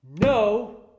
No